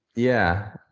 yeah.